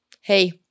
Hey